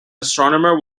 astronomer